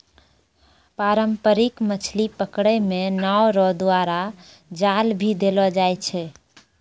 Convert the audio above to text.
पारंपरिक मछली पकड़ै मे नांव रो द्वारा जाल भी देलो जाय छै